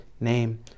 name